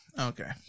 Okay